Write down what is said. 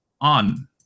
on